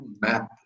map